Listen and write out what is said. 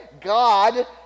God